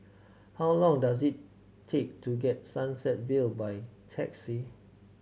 how long does it take to get Sunset Vale by taxi